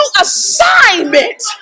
assignment